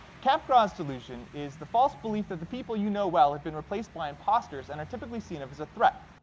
capgras delusion is the false belief that the people you know well have been replaced by impostors and are typically seen of as a threat.